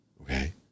okay